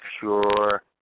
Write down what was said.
sure